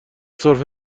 سرفه